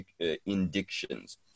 indictions